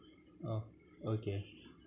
oh okay